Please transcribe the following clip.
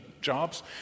jobs